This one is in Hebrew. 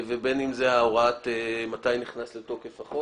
בין אם זה העניין של כניסת החוק לתוקף.